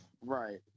Right